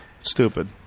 stupid